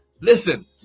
Listen